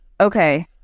Okay